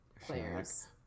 players